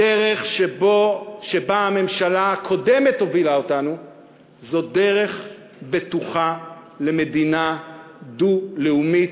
הדרך שבה הממשלה הקודמת הובילה אותנו זו דרך בטוחה למדינה דו-לאומית,